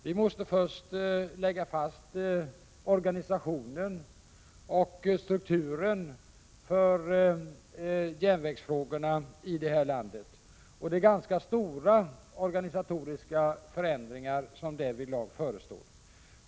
Vi måste först lägga fast organisationen och strukturen för järnvägsfrågorna i landet. Det är ganska stora organisatoriska förändringar som därvidlag förestår.